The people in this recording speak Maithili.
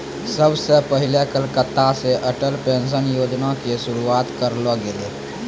सभ से पहिले कलकत्ता से अटल पेंशन योजना के शुरुआत करलो गेलै